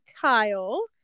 Kyle